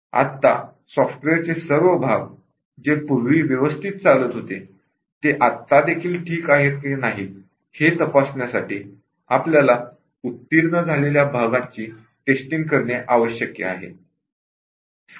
आत्ता सॉफ्टवेअरचे ते सर्व भाग जे पूर्वी व्यवस्थित चालत होते ते आत्ता देखील ठीक आहेत की नाही हे तपासण्यासाठी आपल्याला उत्तीर्ण झालेल्या भागांची टेस्टींग करणे आवश्यक असते